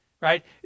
right